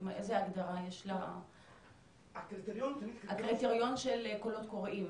הקריטריון של הקולות הקוראים.